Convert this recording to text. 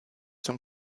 zum